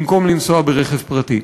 במקום לנסוע ברכב פרטי.